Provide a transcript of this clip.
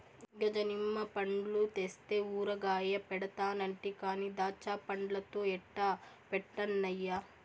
గజ నిమ్మ పండ్లు తెస్తే ఊరగాయ పెడతానంటి కానీ దాచ్చాపండ్లతో ఎట్టా పెట్టన్నయ్యా